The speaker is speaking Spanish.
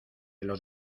los